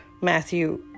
Matthew